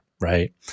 right